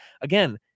again